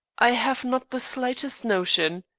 i have not the slightest notion.